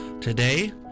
today